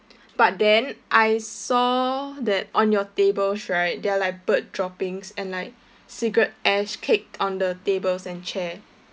but then I saw that on your tables right there are like bird droppings and like cigarette ash caked on the tables and chair